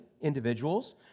individuals